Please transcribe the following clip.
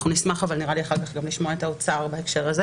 אנחנו נשמח אחר כך גם לשמוע את האוצר בהקשר הזה,